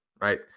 right